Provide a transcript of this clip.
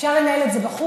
אפשר לנהל את זה בחוץ,